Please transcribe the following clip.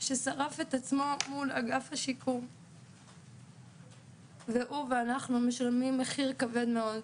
ששרף את עצמו מול אגף השיקום והוא ואנחנו משלמים מחיר כבד מאוד.